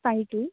five two